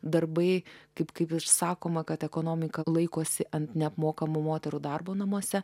darbai kaip kaip ir sakoma kad ekonomika laikosi ant neapmokamo moterų darbo namuose